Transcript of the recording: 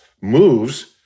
moves